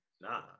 nah